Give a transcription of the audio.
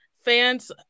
fans